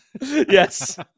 yes